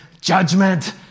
judgment